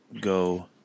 go